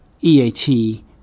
EAT